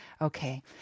Okay